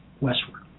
westward